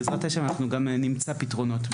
שבעזרת ה׳ במהלך הדיון גם נגיע למציאת פתרונות.